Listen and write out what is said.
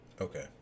Okay